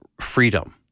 freedom